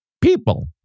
People